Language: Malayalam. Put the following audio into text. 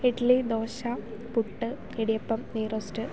ഇഡലി ദോശ പുട്ട് ഇടിയപ്പം നെയ്യ് റോസ്റ്റ്